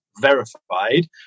verified